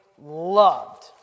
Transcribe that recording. loved